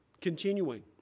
Continuing